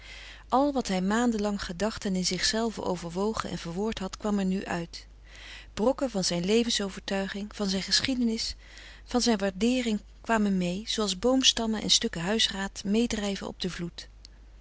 al wat hij maanden lang gedacht en in zich zelve overwogen en verwoord had kwam er nu uit brokken van zijn levens overtuiging van zijn geschiedenis van zijn waardeering kwamen mee zooals boomstammen en stukken huisraad meedrijven op den vloed